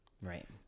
Right